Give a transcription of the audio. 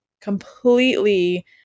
completely